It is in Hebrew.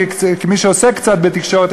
כמי שעוסק קצת בתקשורת,